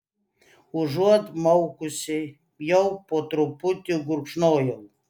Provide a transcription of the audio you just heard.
užuot maukusi jau po truputį gurkšnojau